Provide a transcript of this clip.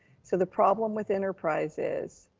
so the problem with enterprise is,